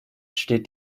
steht